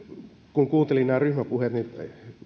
kun kuuntelin nämä ryhmäpuheet niin